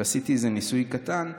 ועשיתי ניסוי קטן אמרתי: